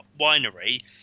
winery